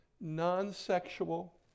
non-sexual